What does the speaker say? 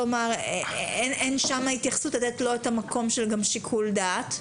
כלומר, אין שם התייחסות לתת לו שיקול דעת,